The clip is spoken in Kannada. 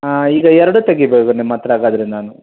ಹಾಂ ಈಗ ಎರಡೂ ತೆಗಿಬೋದು ನಿಮ್ಮ ಹತ್ರ ಹಾಗಾದ್ರೆ ನಾನು